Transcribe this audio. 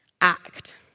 act